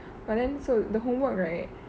but then so the homework right